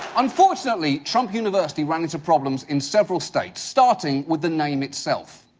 unfortunately, trump university ran into problems in several states, starting with the name itself.